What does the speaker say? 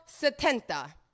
Setenta